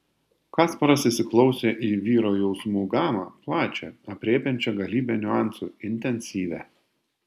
kasparas įsiklausė į vyro jausmų gamą plačią aprėpiančią galybę niuansų intensyvią